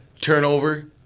turnover